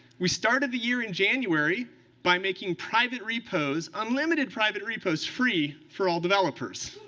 we started the year in january by making private repos unlimited private repos free for all developers.